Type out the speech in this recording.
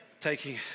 Taking